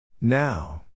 Now